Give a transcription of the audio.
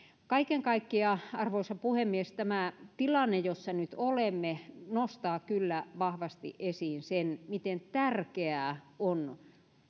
kaiken kaikkiaan arvoisa puhemies tämä tilanne jossa nyt olemme nostaa kyllä vahvasti esiin sen miten tärkeää on